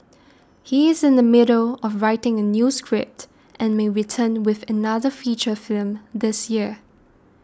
he is in the middle of writing a new script and may return with another feature film this year